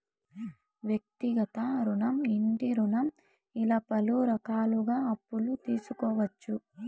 వ్యక్తిగత రుణం ఇంటి రుణం ఇలా పలు రకాలుగా అప్పులు తీసుకోవచ్చు